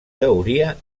teoria